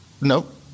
Nope